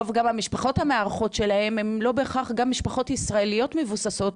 גם רוב המשפחות המארחות שלהם הם לא בהכרח משפחות ישראליות מבוססות,